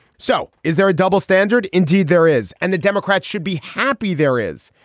so is there a double standard. indeed there is. and the democrats should be happy there is.